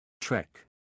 Trek